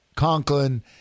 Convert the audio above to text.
Conklin